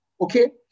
Okay